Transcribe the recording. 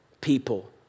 people